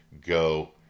go